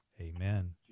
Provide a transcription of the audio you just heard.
Amen